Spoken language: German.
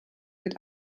mit